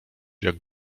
jak